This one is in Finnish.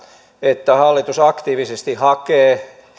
että hallitus aktiivisesti hakee